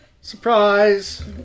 Surprise